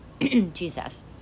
Jesus